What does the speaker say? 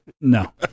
no